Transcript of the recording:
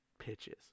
pitches